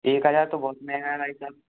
एक हज़ार तो बहुत महंगा है भाई साहब